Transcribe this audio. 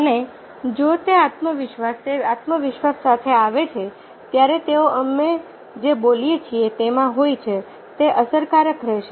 અને જો તે આત્મવિશ્વાસ તે આત્મવિશ્વાસ સાથે આવે છે જ્યારે તેઓ અમે જે બોલીએ છીએ તેમાં હોય છે તે અસરકારક રહેશે